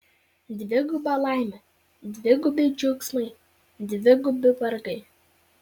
dviguba laimė dvigubi džiaugsmai dvigubi vargai